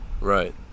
Right